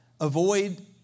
avoid